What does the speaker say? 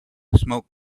smoke